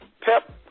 Pep